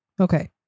Okay